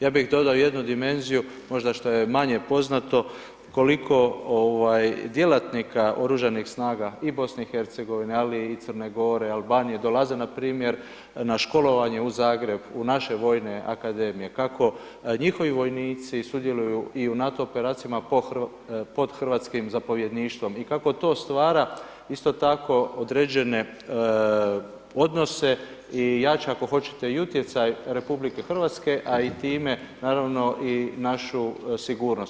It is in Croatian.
Ja bih dodao jednu dimenziju, možda što je manje poznato, koliko djelatnika Oružanih snaga i BiH, ali i Crne Gore, Albanije, dolaze npr. na školovanje u Zagreb u naše vojne akademije, kako njihovi vojnici sudjeluju i u NATO operacijama pod hrvatskim zapovjedništvom i kako to stvara isto tako određene odnose i jača, ako hoćete utjecaj RH, a i time, naravno i našu sigurnost.